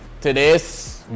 today's